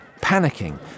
Panicking